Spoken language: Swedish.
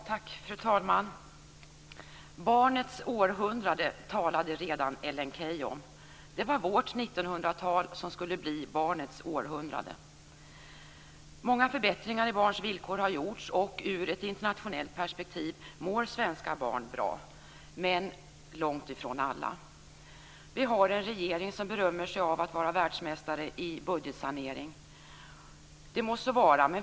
Fru talman! "Barnets århundrade" talade redan Ellen Key om. Det var vårt 1900-tal som skulle bli barnets århundrade. Många förbättringar i barns villkor har gjorts, och i ett internationellt perspektiv mår svenska barn bra - men långt ifrån alla. Vi har en regering som berömmer sig av att vara världsmästare i budgetsanering. Det må så vara.